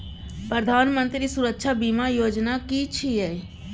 प्रधानमंत्री सुरक्षा बीमा योजना कि छिए?